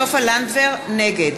נגד